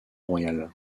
royal